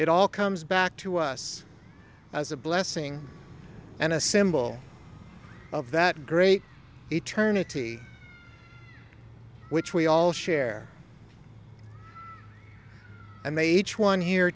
it all comes back to us as a blessing and a symbol of that great eternity which we all share i may each one